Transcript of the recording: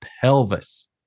pelvis